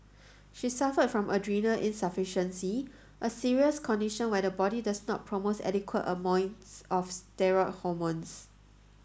she suffered from adrenal insufficiency a serious condition where the body does not promotes adequate of steroid hormones